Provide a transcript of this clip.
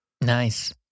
Nice